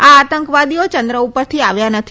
આ આતંકવાદીઓ ચંદ્ર ઉપરથી આવ્યા નથી